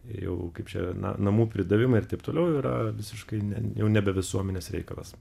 jau kaip čia na namų pridavimai ir taip toliau jau yra visiškai ne jau nebe visuomenės reikalas